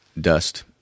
dust